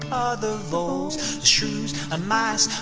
um ah other voles shrews and mice,